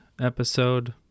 episode